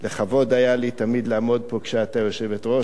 לכבוד היה לי תמיד לעמוד פה כשאת היושבת-ראש.